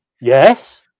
Yes